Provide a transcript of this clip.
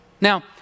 Now